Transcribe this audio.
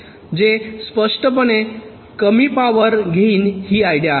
जे स्पष्टपणे कमी पॉवर घेईल ही आयडीया आहे